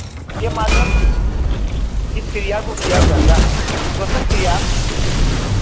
यह माध्यम से इस क्रिया को किया जाता है श्वसन क्रिया